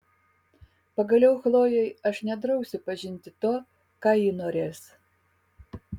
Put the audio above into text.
pagaliau chlojei aš nedrausiu pažinti to ką ji norės